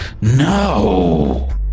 no